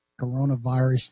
coronavirus